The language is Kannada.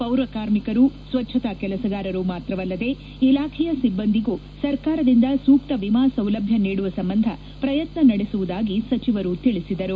ಪೌರ ಕಾರ್ಮಿಕರು ಸ್ವಚ್ಛತಾ ಕೆಲಸಗಾರರು ಮಾತ್ರವಲ್ಲದೆ ಇಲಾಖೆಯ ಸಿಬ್ಲಂದಿಗೂ ಸರ್ಕಾರದಿಂದ ಸೂಕ್ತ ವಿಮಾ ಸೌಲಭ್ಞ ನೀಡುವ ಸಂಬಂಧ ಪ್ರಯತ್ನ ನಡೆಸುವುದಾಗಿ ಸಚಿವರು ತಿಳಿಸಿದರು